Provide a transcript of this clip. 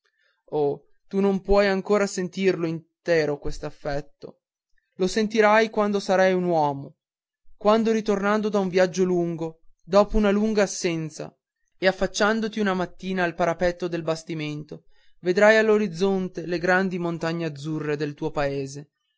oh tu non puoi ancora sentirlo intero quest'affetto lo sentirai quando sarai un uomo quando ritornando da un viaggio lungo dopo una lunga assenza e affacciandoti una mattina al parapetto del bastimento vedrai all'orizzonte le grandi montagne azzurre del tuo paese